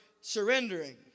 surrendering